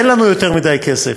אין לנו יותר מדי כסף.